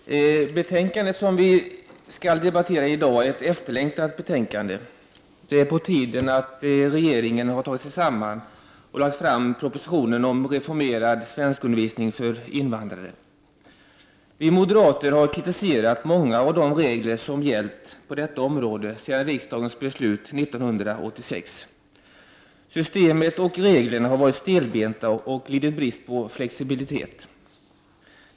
Herr talman! Betänkandet som vi skall debattera i dag är ett efterlängtat betänkande. Det är på tiden att regeringen tagit sig samman och lagt fram propositionen om reformerad svenskundervisning för invandrare. Vi moderater har kritiserat många av de regler som gällt på detta område sedan riksdagens beslut 1986. Systemet och reglerna har varit stelbenta och lidit brist på flexibilitet.